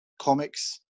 comics